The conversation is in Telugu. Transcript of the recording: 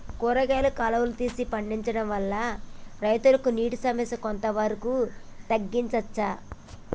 కూరగాయలు కాలువలు తీసి పండించడం వల్ల రైతులకు నీటి సమస్య కొంత వరకు తగ్గించచ్చా?